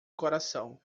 coração